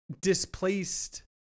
displaced